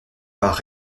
par